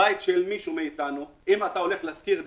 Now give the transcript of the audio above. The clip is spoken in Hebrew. הבית של מישהו מאתנו, אם אתה הולך להשכיר דירה,